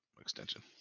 extension